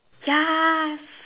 yas